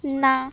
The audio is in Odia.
ନା